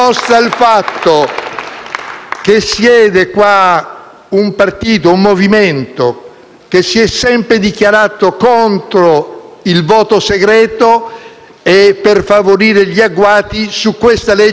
Al Senato la fiducia è stata non solo una decisione egualmente necessaria, ma anche un'assunzione di responsabilità politica,